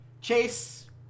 Chase